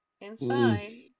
Inside